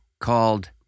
Called